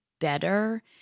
better